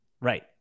Right